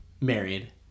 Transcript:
married